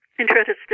interested